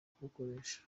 kuwukoresha